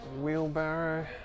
wheelbarrow